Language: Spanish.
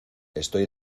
estoy